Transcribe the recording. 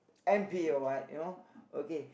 M_P or what you know okay